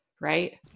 right